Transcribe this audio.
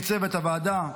מצוות הוועדה.